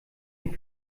den